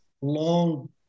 long